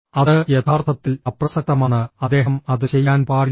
അത് യഥാർത്ഥത്തിൽ അപ്രസക്തമാണ് അദ്ദേഹം അത് ചെയ്യാൻ പാടില്ല